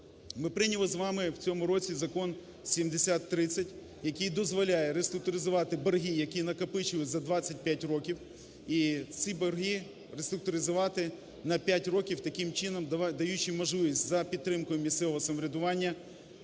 Ми прийняли з вами в цьому році Закон 7030, який дозволяє реструктуризувати борги, які накопичились за 25 років, і ці бори реструктуризувати на 5 років, таким чином даючи можливість за підтримкою місцевого самоврядування